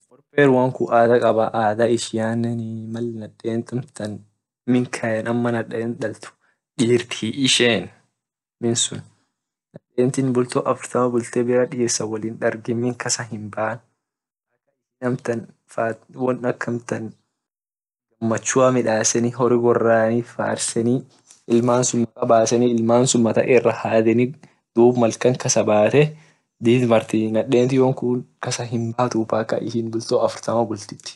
Wor peruan kun ada kabaa ada ishiane mal amtan inama minkayen naden dalt dirt hiishen nadenti bulto afurtama bulte bila dirsan wol hingargin won ak amtan machu midaseni hori gorani farseni ilman sun maqa baseni ilman sun mata ira hadeni dub mal kan kasabate did martii naden yonkun kasa hinbatuu mpaka bulto afurtama bult.